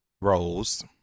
roles